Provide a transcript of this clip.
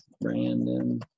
brandon